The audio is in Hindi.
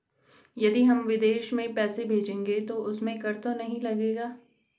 यदि हम विदेश में पैसे भेजेंगे तो उसमें कर तो नहीं लगेगा?